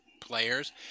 players